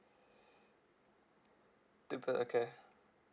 two p~ okay